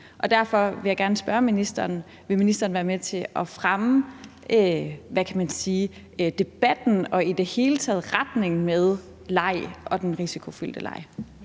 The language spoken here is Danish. Derfor vil jeg gerne spørge ministeren: Vil ministeren være med til at fremme debatten og i det hele taget retningen for leg og den risikofyldte leg?